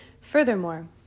Furthermore